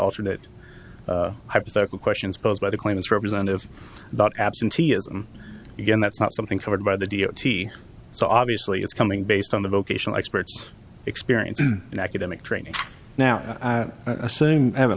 alternate hypothetical questions posed by the claimants representative about absenteeism again that's not something covered by the d o t so obviously it's coming based on the vocational experts experience and academic training now assume i haven't